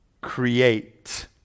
Create